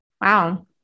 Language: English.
wow